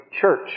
church